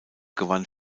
gewann